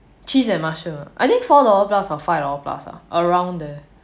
cheese and mushroom ah I think four dollars plus or five dollars plus lah around there